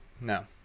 no